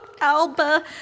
Alba